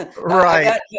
Right